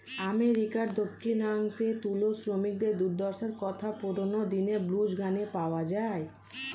আমেরিকার দক্ষিণাংশে তুলো শ্রমিকদের দুর্দশার কথা পুরোনো দিনের ব্লুজ গানে পাওয়া যায়